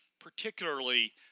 particularly